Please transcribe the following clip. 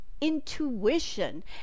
intuition